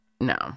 no